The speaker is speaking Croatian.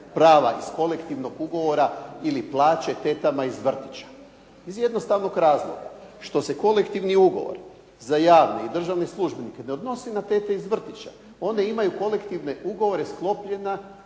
prava iz kolektivnog ugovora ili plaće tetama iz vrtića. Iz jednostavnog razloga, što se kolektivni ugovor za javne i državne službenike, ne odnosi na tete iz vrtića. One imaju kolektivne ugovore sklopljene